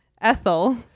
Ethel